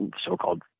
so-called